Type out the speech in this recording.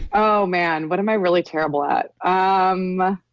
oh man, what am i really terrible at? ah um